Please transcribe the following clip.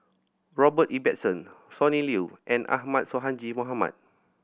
Robert Ibbetson Sonny Liew and Ahmad Sonhadji Mohamad